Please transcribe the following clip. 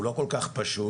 שהוא לא כל כך פשוט.